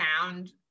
sound